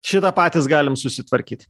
šitą patys galim susitvarkyt